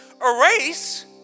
erase